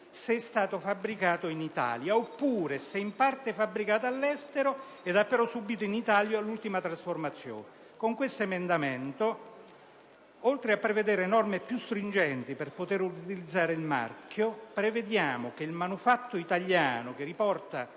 se è stato fabbricato in Italia; oppure se in parte è fabbricato all'estero, però ha subito in Italia l'ultima trasformazione. Con l'emendamento 11.0.2, oltre a prevedere norme più stringenti per poter utilizzare il marchio, prevediamo che il manufatto italiano che riporta